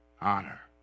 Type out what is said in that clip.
honor